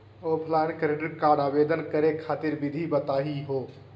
Offline credit card आवेदन करे खातिर विधि बताही हो?